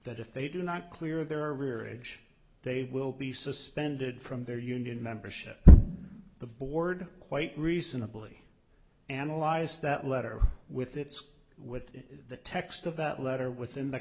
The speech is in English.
that if they do not clear their rear edge they will be suspended from their union membership the board quite reasonably analyze that letter with its within the text of that letter within the